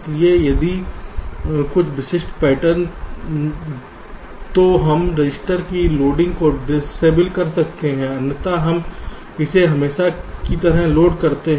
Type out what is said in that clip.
इसलिए यदि कुछ विशिष्ट पैटर्न हैं तो हम रजिस्टर की लोडिंग को डिसएबल कर सकते हैं अन्यथा हम इसे हमेशा की तरह लोड करेंगे